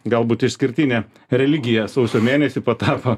galbūt išskirtinė religija sausio mėnesį patapo